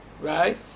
right